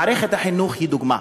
מערכת החינוך היא דוגמה.